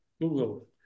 Google